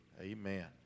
Amen